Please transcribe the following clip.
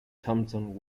thompson